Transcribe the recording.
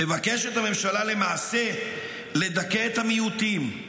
מבקשת הממשלה למעשה לדכא את המיעוטים,